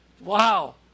Wow